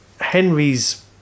Henry's